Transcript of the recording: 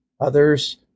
Others